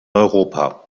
europa